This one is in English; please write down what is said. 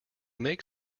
make